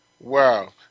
Wow